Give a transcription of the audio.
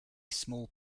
small